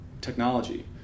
technology